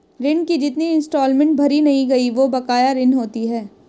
ऋण की जितनी इंस्टॉलमेंट भरी नहीं गयी वो बकाया ऋण होती है